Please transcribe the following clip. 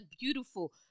beautiful